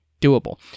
doable